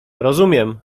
rozumiem